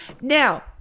now